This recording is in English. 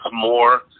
more